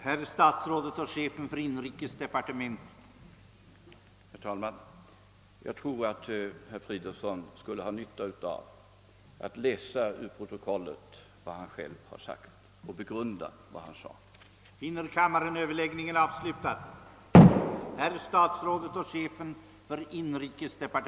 Herr talman! Jag tror att herr Fridolfsson i Stockholm skulle ha nytta av att i protokollet läsa och begrunda vad han här har sagt.